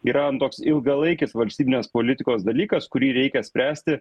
yra toks ilgalaikis valstybinės politikos dalykas kurį reikia spręsti